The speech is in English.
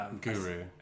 Guru